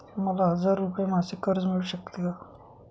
मला हजार रुपये मासिक कर्ज मिळू शकते का?